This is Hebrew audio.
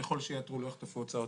ככל שיעתרו לא יחטפו הוצאות.